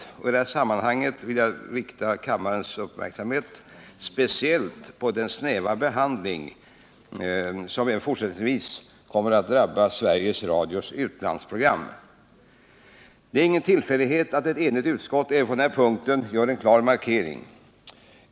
I detta sammanhang vill jag rikta kammarens uppmärksamhet speciellt på den snäva behandling som även fortsättningsvis kommer att drabba Sveriges Radios utlandsprogram. Det är ingen tillfällighet att ett enigt utskott även på denna punkt gör en klar markering.